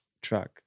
track